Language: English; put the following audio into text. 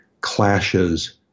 clashes